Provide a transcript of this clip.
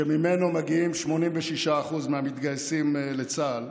שממנו מגיעים 86% מהמתגייסים לצה"ל,